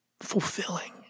fulfilling